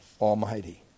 Almighty